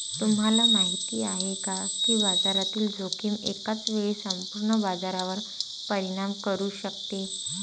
तुम्हाला माहिती आहे का की बाजारातील जोखीम एकाच वेळी संपूर्ण बाजारावर परिणाम करू शकते?